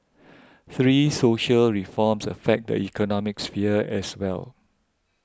three social reforms affect the economic sphere as well